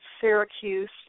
Syracuse